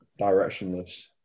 directionless